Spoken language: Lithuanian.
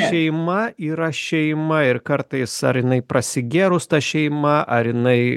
šeima yra šeima ir kartais ar jinai prasigėrus ta šeima ar jinai